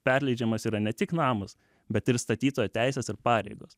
perleidžiamas yra ne tik namas bet ir statytojo teisės ir pareigos